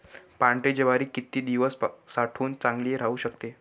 पांढरी ज्वारी किती दिवस साठवून चांगली राहू शकते?